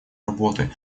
работы